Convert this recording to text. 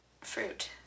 fruit